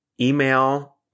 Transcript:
email